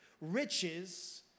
riches